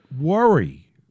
worry